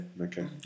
okay